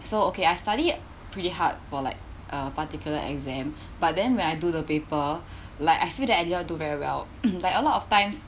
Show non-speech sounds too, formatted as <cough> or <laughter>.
so okay I study pretty hard for like a particular exam but then when I do the paper like I feel that I didn't do very well <coughs> like a lot of times